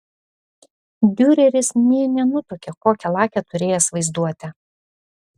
diureris nė nenutuokė kokią lakią turėjęs vaizduotę